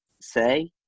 say